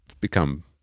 become